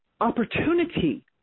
opportunity